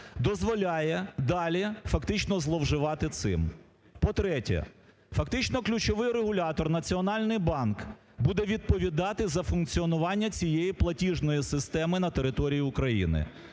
дозволяє далі фактично зловживати цим. По-третє. Фактично ключовий регулятор Національний банк буде відповідати за функціонування цієї платіжної системи на території України.